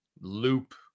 loop